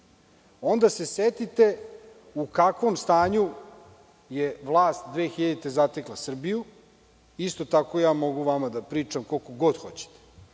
onda se setite u kakvom stanju je vlast 2000. godine zatekla Srbiju. Isto tako, mogu vama da pričam koliko god hoćete